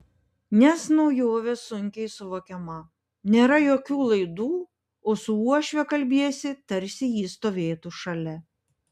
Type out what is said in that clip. nes naujovė sunkiai suvokiama nėra jokių laidų o su uošve kalbiesi tarsi ji stovėtų šalia